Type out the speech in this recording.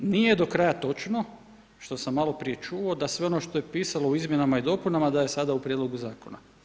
Nije do kraja točno što sam malo prije čuo da sve što je pisalo u izmjenama i dopuna da je sada u prijedlogu zakona.